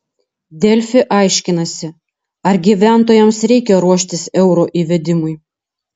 delfi aiškinasi ar gyventojams reikia ruoštis euro įvedimui